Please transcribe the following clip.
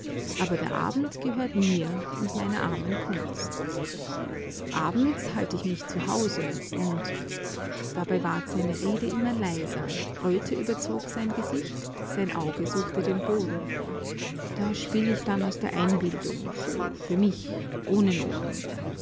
aber der abend gehört mir und meiner armen kunst abends halte ich mich zu hause und dabei ward seine rede immer leiser röte überzog sein gesicht sein auge suchte den boden da spiele ich denn aus der einbildung so für mich ohne noten